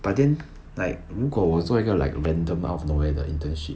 but then like 如果我做一个 like random out of nowhere 的 internship